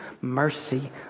mercy